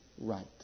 right